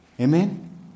Amen